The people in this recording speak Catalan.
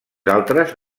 altres